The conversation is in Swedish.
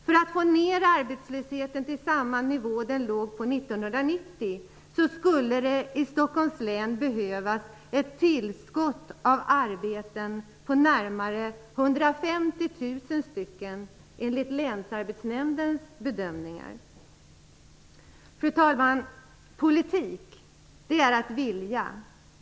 För att få ned arbetslösheten till den nivå som den låg på 1990 skulle det i Stockholms län behövas ett tillskott av närmare 150 000 arbeten enligt länsarbetsnämndens bedömningar. Fru talman! Politik är att vilja.